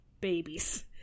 babies